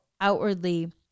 outwardly